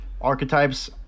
archetypes